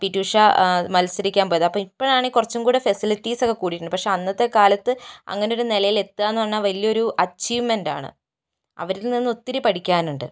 P T Usha മത്സരിക്കാൻ പോയത് അപ്പോൾ ഇപ്പോഴാണെങ്കിൽ കുറച്ചുകൂടി ഫെസിലിറ്റീസ് ഒക്കെ കൂടിയിട്ടുണ്ട് പക്ഷെ അന്നത്തെ കാലത്ത് അങ്ങനെ ഒരു നിലയിൽ എത്തുക എന്ന് പറഞ്ഞാൽ വലിയൊരു അച്ചീവ്മെന്റ് ആണ് അവരിൽ നിന്ന് ഒത്തിരി പഠിക്കാനുണ്ട്